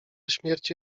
śmierci